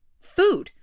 food